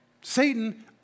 Satan